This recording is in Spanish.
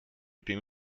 tiene